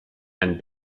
and